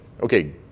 okay